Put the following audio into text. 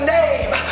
name